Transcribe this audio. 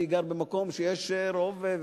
אני גר במקום שיש רוב,